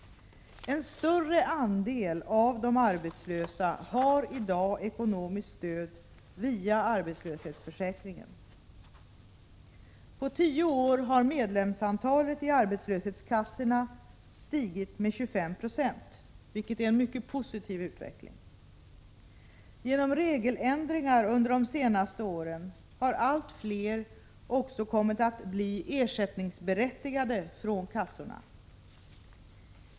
En större andel av de arbetslösa har i dag ekonomiskt stöd via arbetslöshetsförsäkringen. På tio år har medlemsantalet i arbetslöshetskassorna stigit med 25 20, vilket är en mycket positiv utveckling. Genom regeländringar under de senaste åren har allt fler också kommit att bli berättigade till ersättning från kassorna.